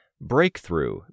Breakthrough